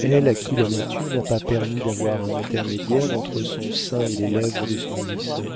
elle à qui la nature n'a pas permis d'avoir un intermédiaire entre son sein et les lèvres de son nourrisson